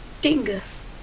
dingus